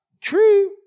True